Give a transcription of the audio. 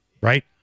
right